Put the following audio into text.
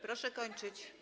Proszę kończyć.